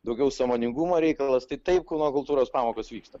daugiau sąmoningumo reikalas tai taip kūno kultūros pamokos vyksta